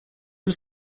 was